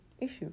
issue